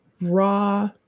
raw